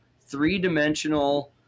three-dimensional